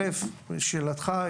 לשאלתך,